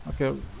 okay